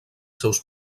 seus